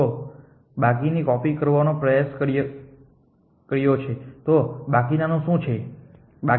તો તમે બાકીનાની કોપી કરવાનો પ્રયાસ કરો છો તો બાકીના શું છે